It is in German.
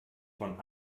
von